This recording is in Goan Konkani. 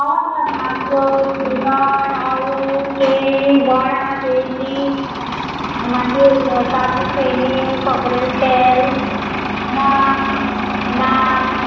हय नाल्यो शिरण आळू केळीं बोणा केळीची मागीर काजू फेणी खोबरेल तेल नाल्ल नाल्ल